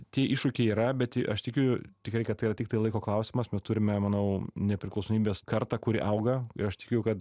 tie iššūkiai yra bet aš tikiu tikrai kad tai yra tiktai laiko klausimas mes turime manau nepriklausomybės kartą kuri auga ir aš tikiu kad